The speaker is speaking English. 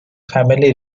family